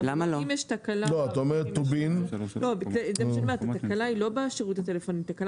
התקלה היא לא בשירות הטלפוני אלא תקלה